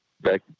back